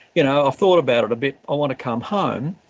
you know, i've thought about it a bit, i want to come home.